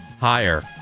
Higher